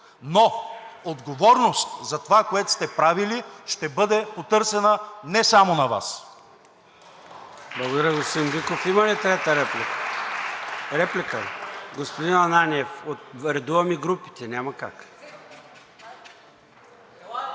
но отговорност за това, което сте правили, ще бъде потърсена не само на Вас.